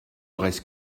reste